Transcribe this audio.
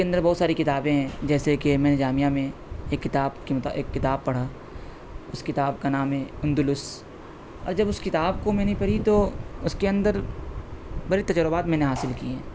اس کے اندر بہت ساری کتابیں ہیں جیسے کہ میں جامعہ میں ایک کتاب کے ایک کتاب پڑھا اس کتاب کا نام ہے اندلس اور جب اس کتاب کو میں نے پڑھی تو اس کے اندر بڑے تجربات میں نے حاصل کئے